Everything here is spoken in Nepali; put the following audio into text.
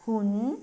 हुन्